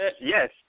Yes